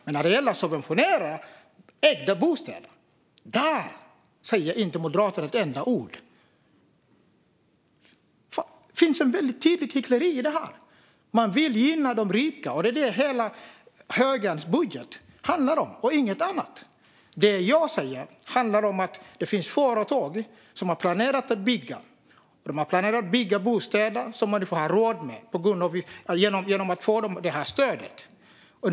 Men när det gäller att subventionera ägda bostäder säger inte moderaterna ett enda ord. Det finns ett mycket tydligt hyckleri i det. Man vill gynna de rika. Det är vad hela högerns budget handlar om och inget annat. Det jag säger är att det finns företag som har planerat att bygga. De har planerat att bygga bostäder som människor har råd med genom att de får det här stödet.